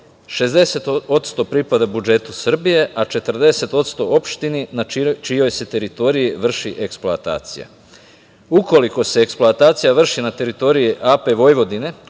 60% pripada budžetu Srbije, a 40% opštini na čijoj se teritoriji vrši eksploatacija. Ukoliko se eksploatacija vrši na teritoriji AP Vojvodine,